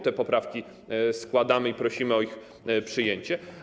Te poprawki składamy i prosimy o ich przyjęcie.